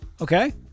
okay